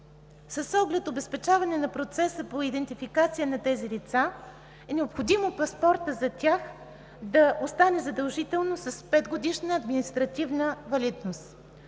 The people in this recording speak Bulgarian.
С оглед обезпечаване на процеса по идентификация на тези лица е необходимо паспортът за тях да остане задължително с 5-годишна административна валидност.